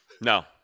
No